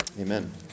Amen